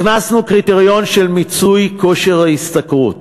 הכנסנו קריטריון של מיצוי כושר ההשתכרות